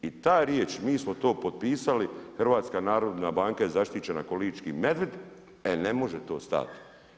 I ta riječ, mi smo to potpisali, HNB je zaštićena ko lički medvjed, e ne može to ostat.